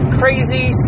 crazy